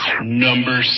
Number